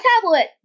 tablet